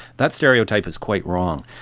that stereotype is quite wrong.